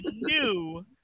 new